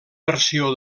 versió